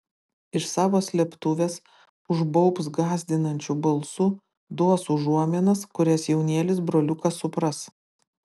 iš savo slėptuvės užbaubs gąsdinančiu balsu duos užuominas kurias jaunėlis broliukas supras